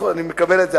אני מקבל את זה.